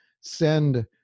send